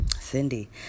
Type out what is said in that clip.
Cindy